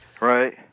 Right